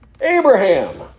Abraham